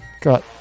Got